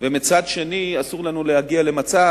ומצד שני אסור לנו להגיע למצב,